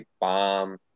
bomb